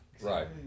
Right